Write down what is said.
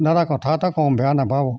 দাদা কথা এটা কওঁ বেয়া নাপাব